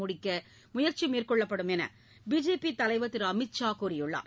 முடிக்க முயற்சி மேற்கொள்ளப்படும் என்று பிஜேபி தலைவர் திரு அமித் ஷா கூறியுள்ளார்